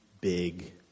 big